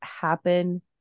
happen